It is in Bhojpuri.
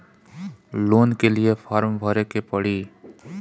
लोन के लिए फर्म भरे के पड़ी?